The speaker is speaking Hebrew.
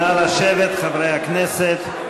נא לשבת, חברי הכנסת.